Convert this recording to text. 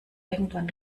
irgendwann